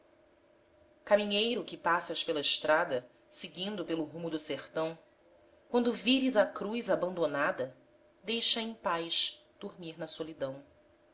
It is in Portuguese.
caminheiro que passas pela estrada seguindo pelo rumo do sertão quando vires a cruz abandonada deixa-a em paz dormir na solidão